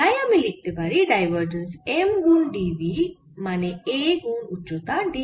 তাই আমি লিখতে পারি ডাইভারজেন্স M গুন dv মানে a গুন উচ্চতা ds